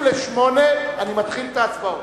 ב-07:40 אני מתחיל את ההצבעות.